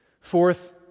fourth